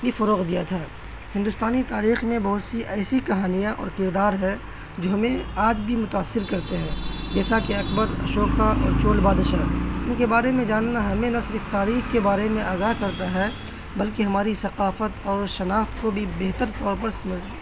بھی فروغ دیا تھا ہندوستانی تاریخ میں بہت سی ایسی کہانیاں اور کردار ہیں جو ہمیں آج بھی متاثر کرتے ہیں جیسا کہ اکبر اشوکا اور چول بادشاہ ان کے بارے میں جاننا ہمیں نہ صرف تاریخ کے بارے میں آگاہ کرتا ہے بلکہ ہماری ثقافت اور شناخت کو بھی بہتر طور پر سمجھ